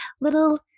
little